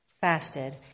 fasted